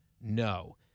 no